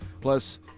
Plus